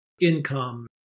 income